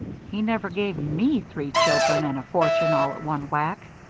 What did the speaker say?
he never gave me three children and a fortune all at one whack.